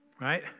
Right